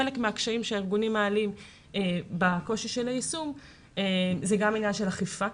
חלק מהקשיים שהארגונים מעלים בקושי של היישום הוא גם עניין של אכיפה.